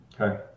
Okay